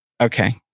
Okay